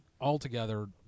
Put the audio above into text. Altogether